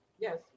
Yes